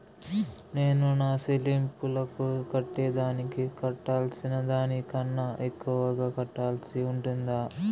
నేను నా సెల్లింపులకు కట్టేదానికి కట్టాల్సిన దానికన్నా ఎక్కువగా కట్టాల్సి ఉంటుందా?